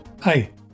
Hi